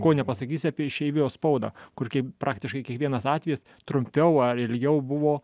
ko nepasakysi apie išeivijos spaudą kur kai praktiškai kiekvienas atvejis trumpiau ar ilgiau buvo